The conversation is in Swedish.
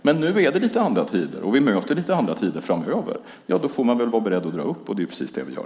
Men nu är det lite andra tider, och vi möter lite andra tider framöver. Ja, då får man väl vara beredd att dra upp, och det är precis det vi gör.